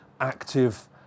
active